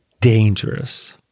dangerous